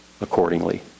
accordingly